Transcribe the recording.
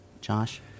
Josh